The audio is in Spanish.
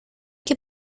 que